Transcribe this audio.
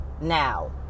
now